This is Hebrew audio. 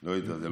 לא יודע, זה לא.